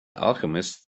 alchemist